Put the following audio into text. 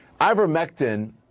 Ivermectin